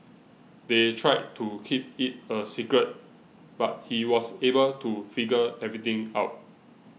they tried to keep it a secret but he was able to figure everything out